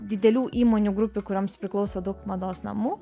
didelių įmonių grupių kurioms priklauso daug mados namų